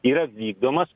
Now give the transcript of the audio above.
yra vykdomas